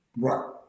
Right